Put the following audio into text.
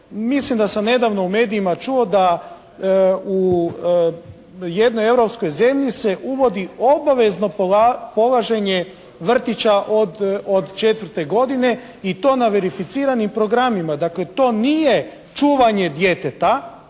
Mislim da sam nedavno u medijima čuo da u jednoj europskoj zemlji se uvodi obavezno polaženje vrtića od 4 godine i to na verificiranim programima. Dakle, to nije čuvanje djeteta